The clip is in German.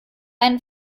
einen